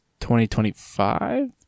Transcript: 2025